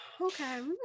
okay